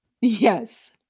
Yes